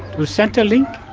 to centrelink,